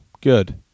Good